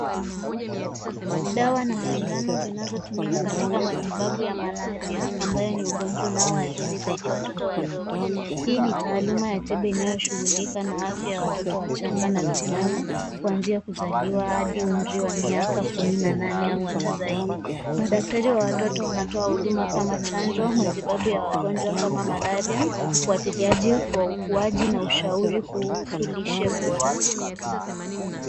Dawa na sindano zinazotumika katika matibabu ya malaria ambayo ni ugonjwa unaoadhiri zaidi watoto wadogo. Hii ni taaluma ya tiba inayoshughulika na afya ya watoto wachanga na vijana kuanzia kuzaliwa hadi umri wa miaka kumi na nane au hata zaidi. Madaktari wa watoto wanatoa huduma kama chanjo, matibabu ya wagonjwa kama malaria, ufuatiliaji wa ukuaji na ushauri kuhusu lishe bora.